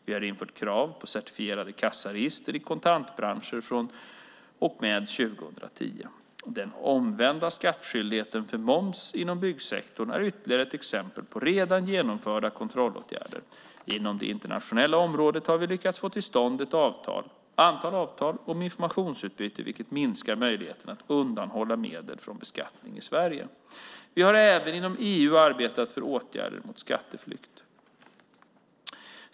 Vi har infört krav på certifierade kassaregister i kontantbranscher från och med år 2010. Den omvända skattskyldigheten för moms inom byggsektorn är ytterligare ett exempel på redan genomförda kontrollåtgärder. Inom det internationella området har vi lyckats få till stånd ett antal avtal om informationsutbyte, vilket minskar möjligheten att undanhålla medel från beskattning i Sverige. Vi har även inom EU arbetat för åtgärder mot skatteflykt.